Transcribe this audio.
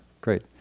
great